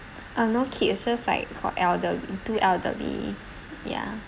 uh no kids just like for elderly two elderly ya